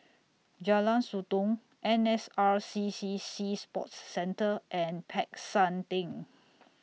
Jalan Sotong N S R C C Sea Sports Centre and Peck San Theng